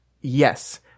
yes